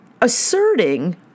asserting